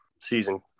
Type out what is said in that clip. season